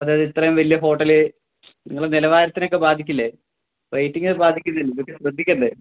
അതായതിത്രയും വലിയ ഹോട്ടല് നിങ്ങളുടെ നിലവാരത്തിനെയൊക്കെ ബാധിക്കില്ലേ റേറ്റിംഗിനെ ബാധിക്കില്ലേ ഇതൊക്കെ ശ്രദ്ധിക്കണ്ടേ